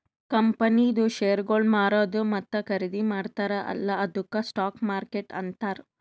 ಕಂಪನಿದು ಶೇರ್ಗೊಳ್ ಮಾರದು ಮತ್ತ ಖರ್ದಿ ಮಾಡ್ತಾರ ಅಲ್ಲಾ ಅದ್ದುಕ್ ಸ್ಟಾಕ್ ಮಾರ್ಕೆಟ್ ಅಂತಾರ್